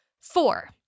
Four